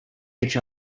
each